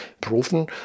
proven